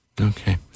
okay